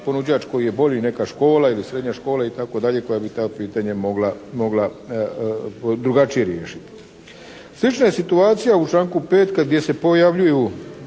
ponuđač koji je bolji, neka škola ili srednja škola itd. koja bi to pitanje mogla drugačije riješiti. Slična je situacija u članku 5. gdje se pojavljuju